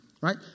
right